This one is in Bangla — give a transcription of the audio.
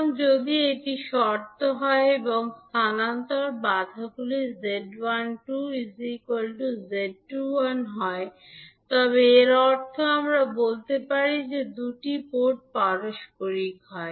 সুতরাং যদি এটি শর্ত হয় এবং স্থানান্তর বাধাগুলি 𝐳12 𝐳21 সমান হয় তবে এর অর্থ আমরা বলতে পারি যে দুটি পোর্ট পারস্পরিক হয়